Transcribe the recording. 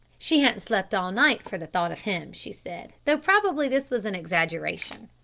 she hadn't slept all night for the thought of him, she said, though probably this was an exaggeration.